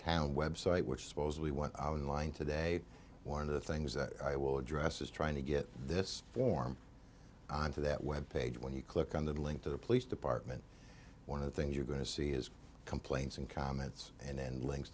town website which supposedly went online today one of the things that i will address is trying to get this form on to that web page when you click on the link to the police department one of the things you're going to see is complaints and comments and